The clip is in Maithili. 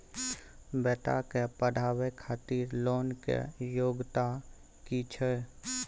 बेटा के पढाबै खातिर लोन के योग्यता कि छै